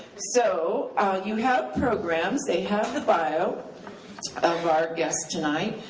so you have programs, they have the bio of our guest tonight.